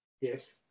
Yes